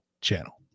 channel